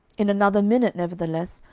in another minute, nevertheless,